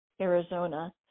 Arizona